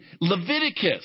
Leviticus